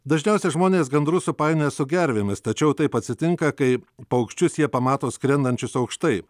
dažniausia žmonės gandrus supainioja su gervėmis tačiau taip atsitinka kai paukščius jie pamato skrendančius aukštai